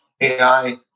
AI